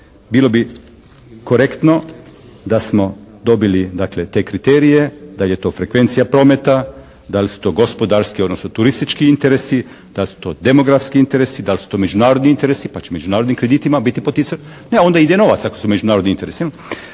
Bilo bi korektno da smo dobili dakle, te kriterije. Da li je to frekvencija prometa, da li su to gospodarski odnosno turistički interesi, da li su to demografski interesi, da li su to međunarodni interesi? Pa će međunarodnim kreditima biti poticani. Ne, onda ide novac ako su međunarodni interesi,